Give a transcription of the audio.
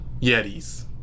yetis